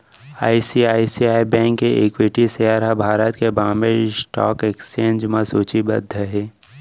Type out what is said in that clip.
ICICI bank के equity share ह भारत के बांबे स्टॉक एक्सचेंज म सूचीबद्ध हे